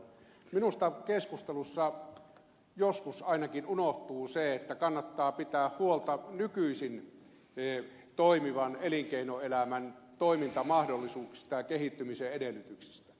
minusta keskustelussa joskus ainakin unohtuu se että kannattaa pitää huolta nykyisin toimivan elinkeinoelämän toimintamahdollisuuksista ja kehittymisen edellytyksistä